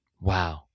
Wow